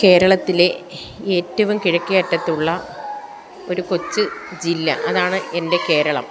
കേരളത്തിലെ ഏറ്റവും കിഴക്കേ അറ്റത്തുള്ള ഒരു കൊച്ച് ജില്ല അതാണ് എൻ്റെ കേരളം